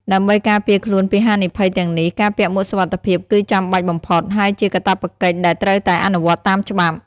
ដើម្បីការពារខ្លួនពីហានិភ័យទាំងនេះ ការពាក់មួកសុវត្ថិភាពគឺចាំបាច់បំផុត ហើយជាកាតព្វកិច្ចដែលត្រូវតែអនុវត្តតាមច្បាប់។